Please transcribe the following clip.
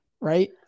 right